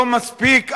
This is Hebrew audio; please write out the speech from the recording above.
לא מספיק,